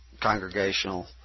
congregational